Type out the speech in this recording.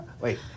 Wait